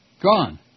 Gone